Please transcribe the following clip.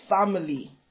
family